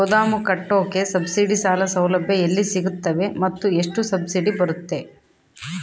ಗೋದಾಮು ಕಟ್ಟೋಕೆ ಸಬ್ಸಿಡಿ ಸಾಲ ಸೌಲಭ್ಯ ಎಲ್ಲಿ ಸಿಗುತ್ತವೆ ಮತ್ತು ಎಷ್ಟು ಸಬ್ಸಿಡಿ ಬರುತ್ತೆ?